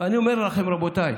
ואני אומר לכם, רבותיי,